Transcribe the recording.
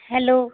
hello